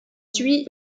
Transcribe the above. suit